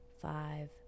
five